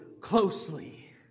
closely